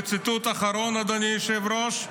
וציטוט אחרון, אדוני היושב-ראש,